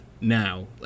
now